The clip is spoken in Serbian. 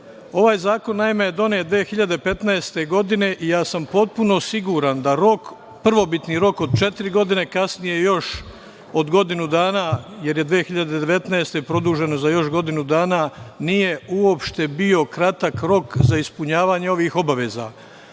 Ovaj zakon, naime, je donet 2015. godine i ja sam potpuno siguran da prvobitni rok od četiri godine, kasnije još od godinu dana, jer je 2019. godine produženo za još godinu dana, nije uopšte bio kratak rok za ispunjavanje ovih obaveza,